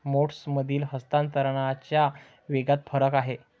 मोड्समधील हस्तांतरणाच्या वेगात फरक आहे